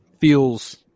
feels